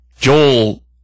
Joel